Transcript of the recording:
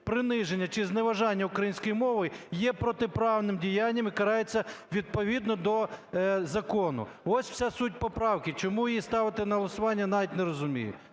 приниження чи зневажання української мови є протиправним діянням і карається відповідно до закону. Ось вся суть поправки. Чому її ставити на голосування навіть не розумію.